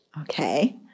Okay